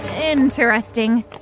interesting